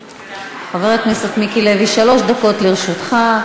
חבר הכנסת מיקי לוי, שלוש דקות לרשותך.